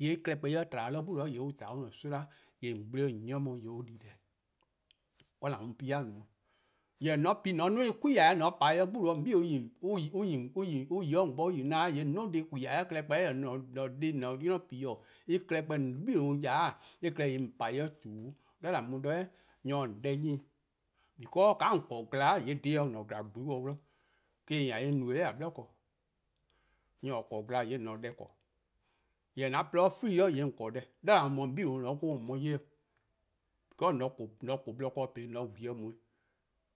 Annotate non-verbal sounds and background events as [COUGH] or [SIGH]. :mor en klehkpeh eh tba-dih 'de 'gbu, :yee' on :za 'o an-a 'soma' :yee' :on gble-or :on 'nyi on :yee' on di. :kaa' :an mu pi-a no-'. Jorwor: :mor :on pi :on ''duo: en 'plea' :on :pa-dih 'de 'gbu, :on 'bei' [HESITATION] yi 'o :on bo on yi-dih 'da 'da, :yee' :on 'duo: dih "plea'-a klehkpeh [HESITATION] :an dih :an-a' 'nynor pi-a, en klehkpeh :on 'bei' :ya-' 'de-' en klehkpeh :yee' :on :pa-dih 'de :chuu: 'di. :dha :an mu-a 'de 'zorn nyor se-' :on deh 'nyi-'. Because :ka :on korn-a gla :yee' :dhe 'o :on 'bli :gla :gluun: dih. Eh-: korn dhih :a-a' no-eh 'nor :a 'ble. Nyor :or :korn-a gla :yee' :on se deh :korn, jorwor: :mor an :porluh free-dih :yee' :on :korn deh, 'de :dha :an mu-a :on 'bei' :on :ne-a 'de mo-: :an mu :on 'ye-'. Because [HESITATION] :on :se-' :koo-borlor' ken ne po 'i :on se :giele' mu 'i.